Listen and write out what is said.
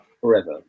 forever